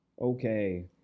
Okay